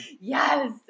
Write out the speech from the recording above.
yes